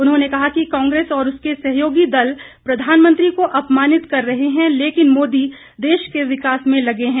उन्होंने कहा कि कांग्रेस और उसके सहयोगी दल प्रधानमंत्री को अपमानित कर रहे हैं लेकिन मोदी देश के विकास में लगे हैं